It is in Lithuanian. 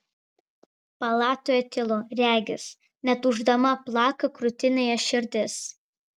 palatoje tylu regis net ūždama plaka krūtinėje širdis